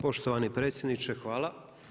Poštovani predsjedniče hvala.